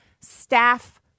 staff